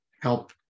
help